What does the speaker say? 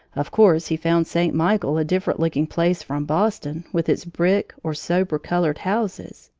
of course, he found st. michael a different looking place from boston, with its brick, or sober-colored houses.